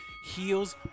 Heels